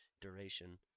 duration